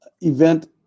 event